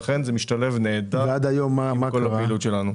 לכן זה משתלב נהדר עם כל הפעילות שלנו.